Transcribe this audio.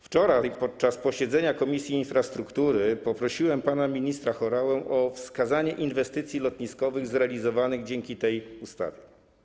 Wczoraj podczas posiedzenia Komisji Infrastruktury poprosiłem pana ministra Horałę o wskazanie inwestycji lotniskowych zrealizowanych dzięki tej ustawie.